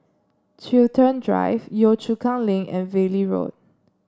Chiltern Drive Yio Chu Kang Link and Valley Road